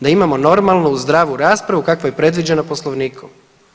Da imamo normalnu zdravu raspravu kakva je predviđena Poslovnikom.